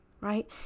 right